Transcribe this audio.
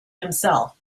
himself